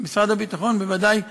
שמשרד הביטחון, בוודאי צה"ל,